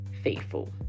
faithful